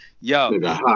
Yo